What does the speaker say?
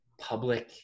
public